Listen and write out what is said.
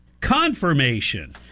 confirmation